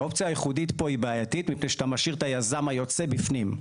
האופציה הייחודית פה היא בעייתית מפני שאתה משאיר את היזם היוצא בפנים.